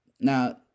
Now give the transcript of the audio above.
Now